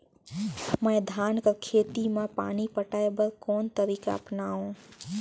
मैं धान कर खेती म पानी पटाय बर कोन तरीका अपनावो?